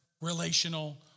relational